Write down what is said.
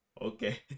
okay